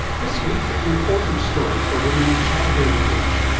this week an important story for women of childbearing age.